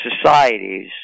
societies